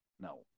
No